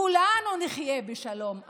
כולנו נחיה בשלום אז.